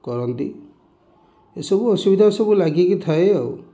କରନ୍ତି ଏସବୁ ଅସୁବିଧା ସବୁ ଲାଗିକି ଥାଏ ଆଉ